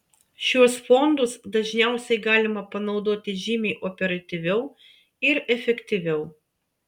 šiuos fondus dažniausiai galima panaudoti žymiai operatyviau ir efektyviau